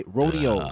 rodeo